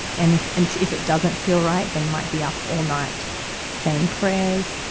and if, and if it doesn't feel right, they might be up all night saying prayers.